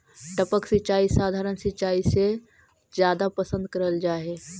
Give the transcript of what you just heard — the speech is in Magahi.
टपक सिंचाई सधारण सिंचाई से जादा पसंद करल जा हे